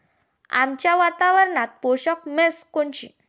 आमच्या वातावरनात पोषक म्हस कोनची?